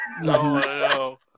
No